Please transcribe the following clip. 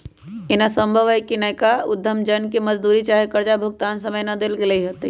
एना संभव हइ कि नयका उद्यम जन के मजदूरी चाहे कर्जा भुगतान समय न देल गेल होतइ